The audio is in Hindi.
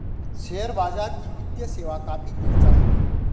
शेयर बाजार की वित्तीय सेवा काफी दिलचस्प है